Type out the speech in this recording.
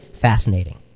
fascinating